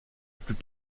plus